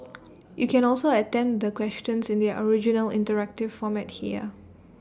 you can also attempt the questions in their original interactive format here